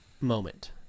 moment